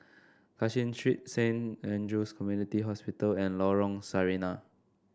Cashin Street Saint Andrew's Community Hospital and Lorong Sarina